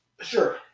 Sure